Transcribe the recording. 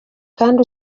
kandi